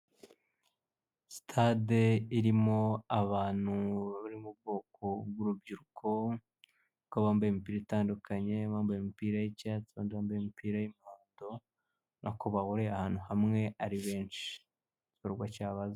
Sitade irimo abantu bari mubwoko bwurubyiruko bakaba bambaye imipira itandukanye abambaye imipira y'icyatsi abandi bambaye imipira yimihondo ubona ko bahuriye ahantu hamwe ari benshi mugikorwa cyabazanye.